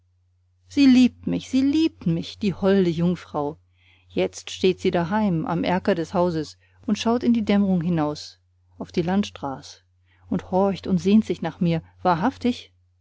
sie liebt mich sie liebt mich die holde jungfrau jetzt steht sie daheim am erker des hauses und schaut in die dämmrung hinaus auf die landstraß und horcht und sehnt sich nach mir wahrhaftig